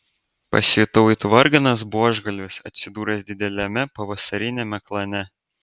pasijutau it varganas buožgalvis atsidūręs dideliame pavasariniame klane